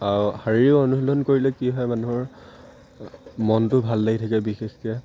আৰু শাৰীৰিক অনুশীলন কৰিলে কি হয় মানুহৰ মনটো ভাল লাগি থাকে বিশেষকৈ